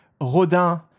Rodin